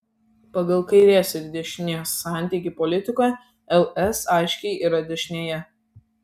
pagal kairės ir dešinės santykį politikoje ls aiškiai yra dešinėje